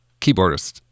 keyboardist